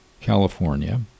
California